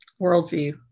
Worldview